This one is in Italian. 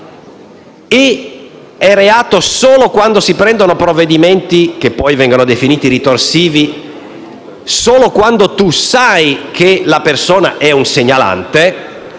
ed è reato solo quando si prendono provvedimenti, che poi vengono definiti ritorsivi, solo quando tu sai che la persona è un segnalante,